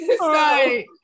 Right